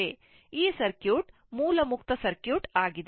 ಈ ಸರ್ಕ್ಯೂಟ್ ಮೂಲ ಮುಕ್ತ ಸರ್ಕ್ಯೂಟ್ ಆಗಿದೆ